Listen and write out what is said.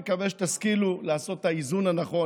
אני מקווה שתשכילו לעשות את האיזון הנכון